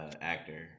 actor